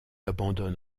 abandonne